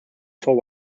for